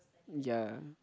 ya